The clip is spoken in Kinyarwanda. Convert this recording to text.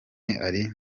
ari